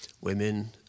Women